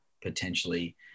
potentially